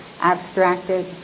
abstracted